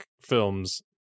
Films